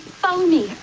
follow me!